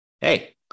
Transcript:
hey